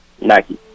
Nike